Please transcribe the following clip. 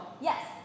Yes